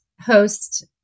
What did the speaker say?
host